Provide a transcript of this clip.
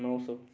नौ सौ